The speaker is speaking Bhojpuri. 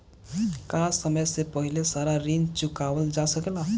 का समय से पहले सारा ऋण चुकावल जा सकेला?